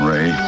Ray